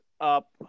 up